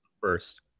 first